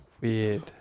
weird